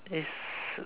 is